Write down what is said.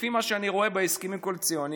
לפי מה שאני רואה בהסכמים הקואליציוניים,